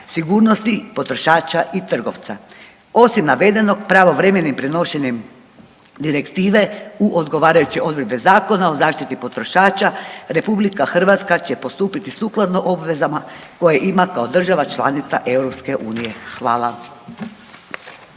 sigurnosti potrošača i trgovca. Osim navedenog pravovremenim prenošenjem direktive u odgovarajuće odredbe Zakona o zaštiti potrošača RH će postupiti sukladno obvezama koje ima kao država članica EU. Hvala.